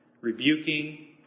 rebuking